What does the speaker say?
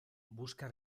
busca